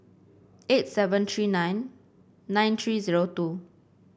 eight seven three nine nine three zero two